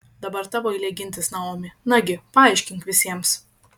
dabar tavo eilė gintis naomi nagi paaiškink visiems